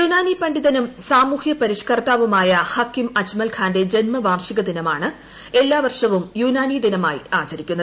യുനാനി പണ്ഡിതനും സാമൂഹ്യ പരിഷ്ക്കർത്താവുമായ ഹക്കിം അജ്മൽഖാന്റെ ജന്മവാർഷിക ദിനമാണ് എല്ലാ വർഷവും യുനാനി ദിനമായി ആചരിക്കുന്നത്